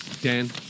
Dan